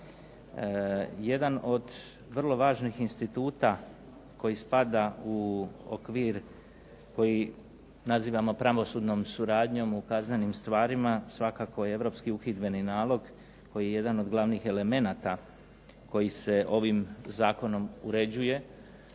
Jedan od vrlo važnih instituta koji spada u okvir koji nazivamo pravosudnom suradnjom u kaznenim stvarima svakako je europski uhidbeni nalog koji je jedan od glavnih elemenata koji se ovim zakonom uređuje,